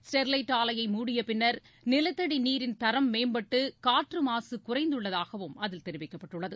Sterlite ஆலையை மூடிய பின்னர் நிலத்தடி நீரின் தரம் மேம்பட்டு காற்று மாசு குறைந்துள்ளதாகவும் அதில் தெரிவிக்கப்பட்டள்ளது